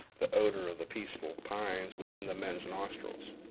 the odor of the peaceful pines was in the men's nostrils.